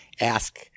ask